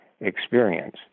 experience